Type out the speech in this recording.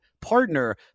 partner